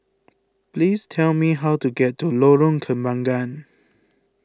please tell me how to get to Lorong Kembangan